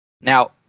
now